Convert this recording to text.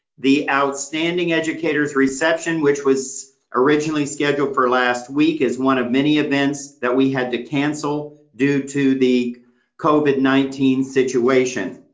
the outstanding educators reception, which was originally scheduled for last week as one of many events that we had to cancel, due to the covid nineteen situation.